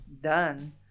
done